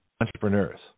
entrepreneurs